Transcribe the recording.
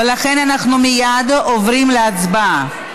ולכן אנחנו מייד עוברים להצבעה.